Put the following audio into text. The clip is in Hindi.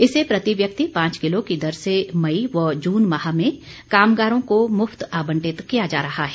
इसे प्रति व्यक्ति पांच किलो की दर से मई व जून माह में कामगारों को मुफ्त आबंटित किया जा रहा है